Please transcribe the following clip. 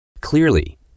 Clearly